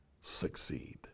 succeed